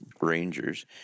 rangers